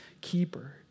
keeper